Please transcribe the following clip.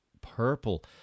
Purple